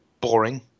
boring